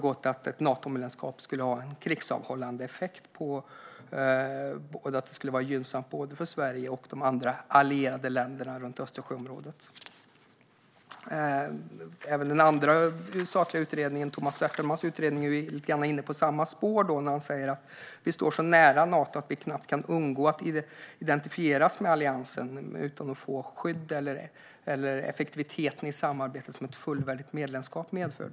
Ett Natomedlemskap skulle kort och gott ha en krigsavhållande effekt och vara gynnsamt för både Sverige och de andra allierade länderna i Östersjöområdet. Tomas Bertelman är lite inne på samma spår i sin utredning. Han säger att vi står så nära Nato att vi knappt kan undgå att identifieras med alliansen, men utan att få det skydd eller den effektivitet i samarbetet som ett fullvärdigt medlemskap skulle innebära.